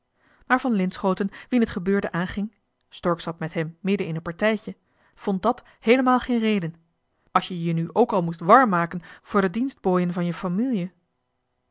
maar van linschooten wien het gebeurde aanging stork zat met hem midden in een partijtje vond dat heelemaal geen reden als je je nu ook al moest warm maken voor de dienstbojen van je famielje